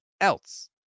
else